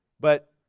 but